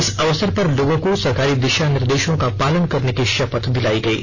इस अवसर पर आम लोगों को सरकारी दिषा निर्देषों को पालन करने की शपथ दिलायी गयी